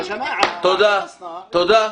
מספיק.